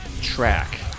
track